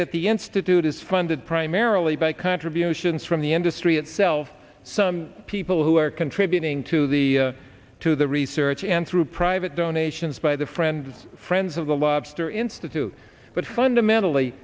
that the institute is funded primarily by contributions from the industry itself some people who are contributing to the to the research and through private donations by the friends friends of the lobster institute but fundamentally